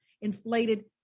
inflated